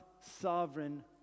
sovereign